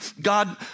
God